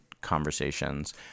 conversations